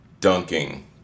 Dunking